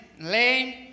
lame